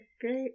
great